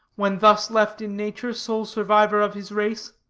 when thus left in nature sole survivor of his race.